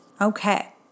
Okay